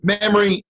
memory